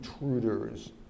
intruders